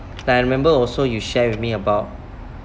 like I remember also you share with me about